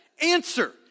Answer